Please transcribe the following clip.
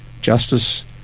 justice